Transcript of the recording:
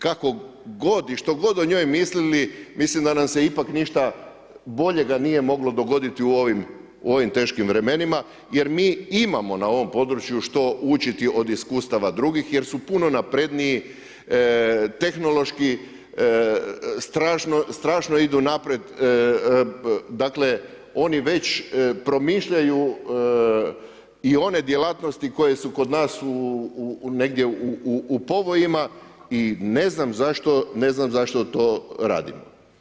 Kako god i što god o njoj mislili mislim da nam se ipak ništa boljega nije moglo dogoditi u ovim teškim vremenima jer mi imamo na ovom području što učiti od iskustava drugih jer su puno napredniji tehnološki, strašno idu naprijed, dakle oni već promišljaju i one djelatnosti koje su kod nas negdje u povojima i ne znam zašto to radimo.